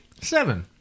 Seven